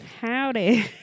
Howdy